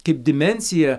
kaip dimensija